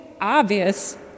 obvious